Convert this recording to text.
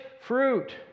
fruit